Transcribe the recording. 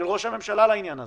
של ראש הממשלה לעניין הזה.